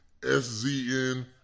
SZN